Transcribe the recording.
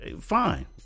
fine